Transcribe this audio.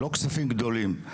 לא כספים גדולים.